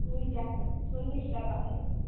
কুড়ি টাকা চল্লিশ টাকা হয়